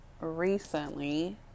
recently